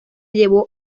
llevó